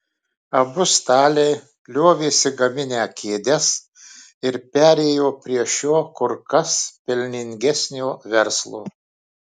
abu staliai liovėsi gaminę kėdes ir perėjo prie šio kur kas pelningesnio verslo